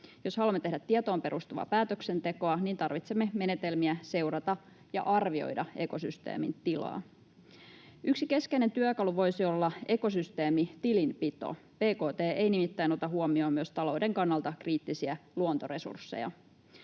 Jos haluamme tehdä tietoon perustuvaa päätöksentekoa, niin tarvitsemme menetelmiä seurata ja arvioida ekosysteemin tilaa. Yksi keskeinen työkalu voisi olla ekosysteemitilinpito — bkt ei nimittäin ota huomioon myös talouden kannalta kriittisiä luontoresursseja.